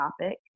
topic